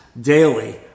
daily